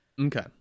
Okay